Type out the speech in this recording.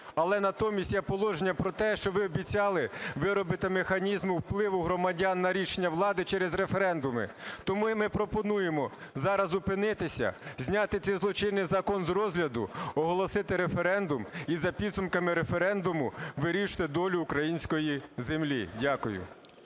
Але натомість є положення про те, що ви обіцяли виробити механізм впливу громадян на рішення влади через референдуми. Тому і ми пропонуємо зараз зупинитися, зняти цей злочинний закон з розгляду, оголосити референдум і за підсумками референдуму вирішувати долю української землі. Дякую.